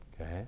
Okay